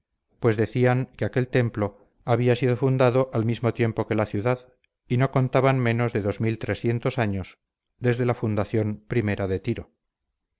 pues decían que aquel templo había sido fundado al mismo tiempo que la ciudad y no contaban menos de años desde la fundación primera de tiro